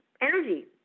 energy